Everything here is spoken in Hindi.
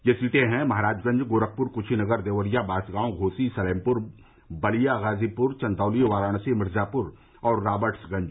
ये सीटें हैं महराजगंज गोरखपुर क्शीनगर देवरिया बांसगांव घोसी सलेमपुर बलिया गाजीपुर चन्दौली वाराणसी मिर्जापुर और राबर्ट्सगंज